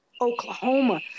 Oklahoma